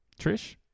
Trish